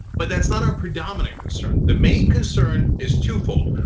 but that's not our predominant concern. the main concern is twofold.